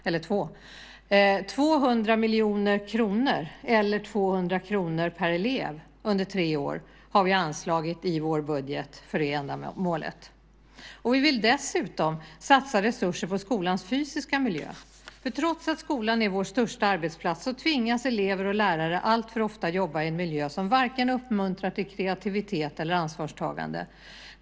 Vi har i vår budget anslagit 200 miljoner kronor eller 200 kr per elev under tre år för det ändamålet. Vi vill dessutom satsa resurser på skolans fysiska miljö, för trots att skolan är vår största arbetsplats tvingas elever och lärare alltför ofta arbeta i en miljö som varken uppmuntrar till kreativitet eller ansvarstagande.